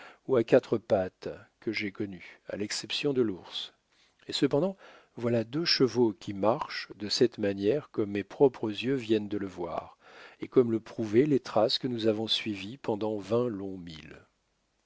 ou à quatre pattes que j'aie connus à l'exception de l'ours et cependant voilà deux chevaux qui marchent de cette manière comme mes propres yeux viennent de le voir et comme le prouvaient les traces que nous avons suivies pendant